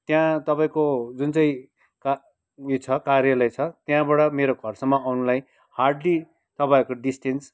त्यहाँ तपाइँको जुन चाहिँ उयो छ कार्यलय छ त्यहाँबाट मेरो घरसम्म आउनुलाई हार्डली तपाईँहरूको डिस्टेन्स